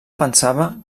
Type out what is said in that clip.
pensava